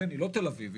היא לא תל אביב,